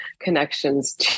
connections